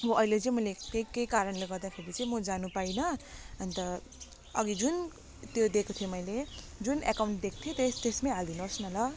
म अहिले चाहिँ मैले केही कारणले गर्दाखेरि चाहिँ म जानु पाइनँ अन्त अघि जुन त्यो दिएको थिएँ मैले जुन एकाउन्ट दिएको थिएँ त्यसमा हालिदिनु होस् न ल